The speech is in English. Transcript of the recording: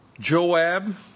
Joab